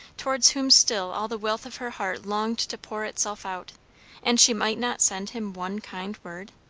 towards whom still all the wealth of her heart longed to pour itself out and she might not send him one kind word?